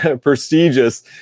prestigious